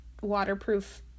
waterproof